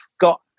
got